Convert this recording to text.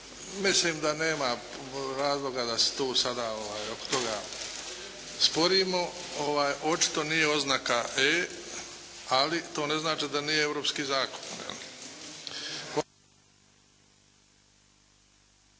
Mislim da nema razloga da se tu sada oko toga sporimo. Očito nije oznaka “E“ ali to ne znači da nije europski zakon.